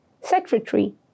Secretary